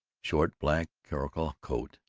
short black caracul coat,